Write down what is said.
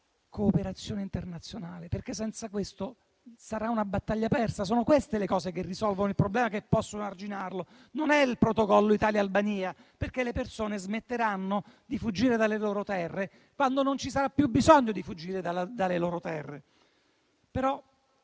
cooperazione internazionale, perché senza di essa sarà una battaglia persa. Sono queste le misure che risolvono il problema e possono arginarlo, non è il protocollo Italia-Albania. Le persone infatti smetteranno di fuggire dalle loro terre quando non ci sarà più bisogno di farlo. Voi però